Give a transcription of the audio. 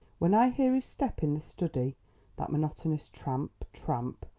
when i hear his step in the study that monotonous tramp, tramp,